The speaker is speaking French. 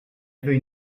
avait